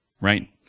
right